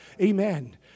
Amen